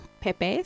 pepe's